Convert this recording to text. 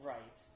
Right